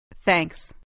Thanks